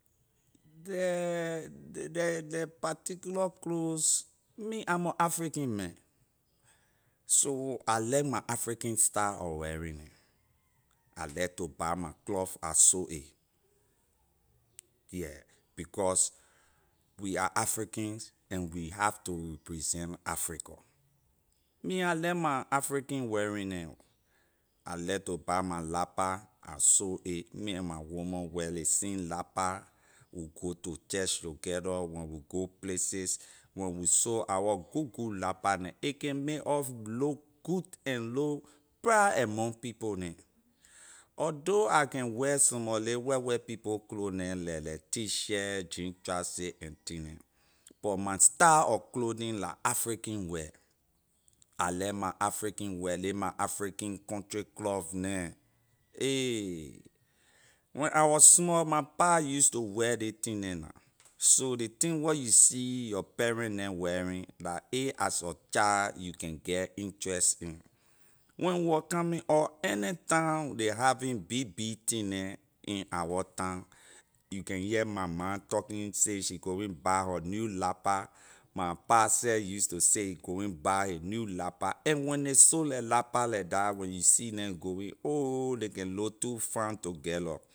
The the the particular clothes me i’m a african man so I like my african style of wearing I like to buy my cloth I sew it yeah because we are africans and we have to present africa me I like my african wearing neh I like to buy my lappa I sew it me and my woman wear ley same lappa we go to church together when we go places when we sew our good good lappa neh a can make us look good and look pride among people neh although I can wear some mor ley white white people clothes neh leh leh t- shirt jean trousers and thing neh but my style of clothing la african wear I like my african wear ley my african country cloth neh ayy when I was small my pa use to wear ley thing neh na so ley thing where you see your parent neh wearing la a as a child you can interest in when we wor coming up anytime ley having big big thing neh in our town you can my ma talking say she going buy her new lappa my pa seh use to say he going buy his new lappa and when ley sew la lappa leh dah when you see neh going ohh ley can look too fine together.